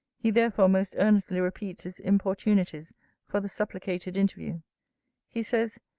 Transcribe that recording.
he therefore most earnestly repeats his importunities for the supplicated interview he says,